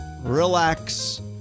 relax